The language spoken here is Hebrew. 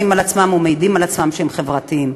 על עצמם ומעידים על עצמם שהם חברתיים?